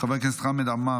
חבר הכנסת חמד עמאר,